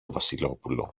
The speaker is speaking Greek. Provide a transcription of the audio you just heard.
βασιλόπουλο